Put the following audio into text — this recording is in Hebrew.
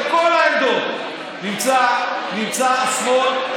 בכל העמדות נמצא השמאל,